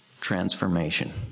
transformation